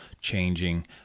changing